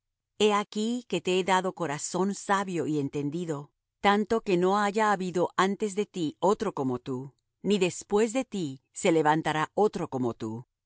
he aquí que te he dado corazón sabio y entendido tanto que no haya habido antes de ti otro como tú ni después de ti se levantará otro como tú